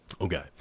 Okay